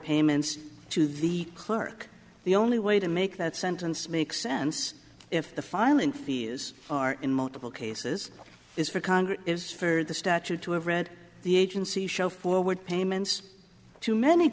payments to the clerk the only way to make that sentance makes sense if the filing fees are in multiple cases is for congress is for the statute to have read the agency show forward payments to many